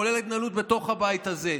כולל ההתנהלות בתוך הבית הזה,